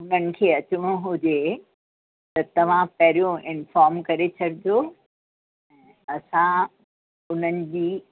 हुननि खे अचिणो हुजे त तव्हां पहिरियों इंफॉम करे छॾिजो असां उन्हनि जी